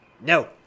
No